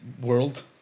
world